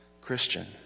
Christian